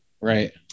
Right